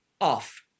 off